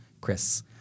Chris